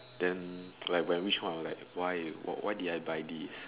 then when when I reach home I will like why why did I buy this